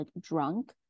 drunk